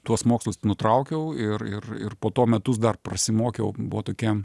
tuos mokslus nutraukiau ir ir ir po to metus dar prasimokiau buvo tokia